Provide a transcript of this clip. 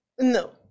No